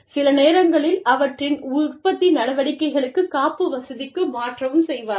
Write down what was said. சில நேரங்களில் அவற்றின் உற்பத்தி நடவடிக்கைகளைக் காப்பு வசதிக்கு மாற்றவும் செய்வார்கள்